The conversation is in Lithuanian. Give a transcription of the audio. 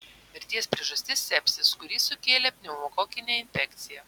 mirties priežastis sepsis kurį sukėlė pneumokokinė infekcija